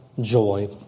joy